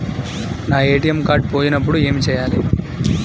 నా ATM card పోయినప్పుడు ఏమి చేయాలి?